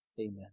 Amen